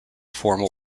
formal